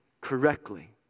correctly